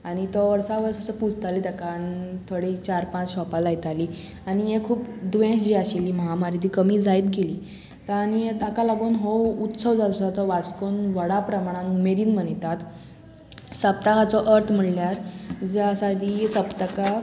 आनी तो वर्सा वर्स असो पुजताली ताका थोडी चार पांच शॉपां लायतालीं आनी हें खूब दुयेंस जें आशिल्ली महामारी ती कमी जायत गेली आनी ताका लागून हो उत्सव जो आसा तो वास्कोन व्हडा प्रमाणान उमेदीन मनयतात सप्तकाचो अर्थ म्हणल्यार जो आसा की सप्तकाक